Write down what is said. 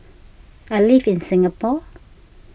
I live in Singapore